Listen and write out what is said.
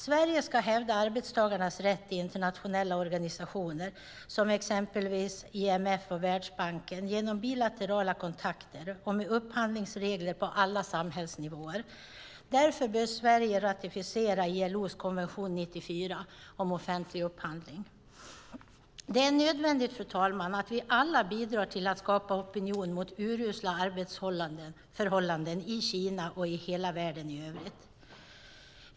Sverige ska hävda arbetstagarnas rätt i internationella organisationer, exempelvis IMF och Världsbanken, genom bilaterala kontakter och med upphandlingsregler på alla samhällsnivåer. Därför bör Sverige ratificera ILO:s konvention 94 om offentlig upphandling. Det är nödvändigt, fru talman, att vi alla bidrar till att skapa opinion mot urusla arbetsförhållanden i Kina och i hela världen i övrigt.